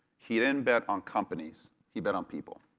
he didn't bet on companies, he bet on people,